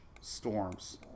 storms